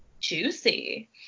juicy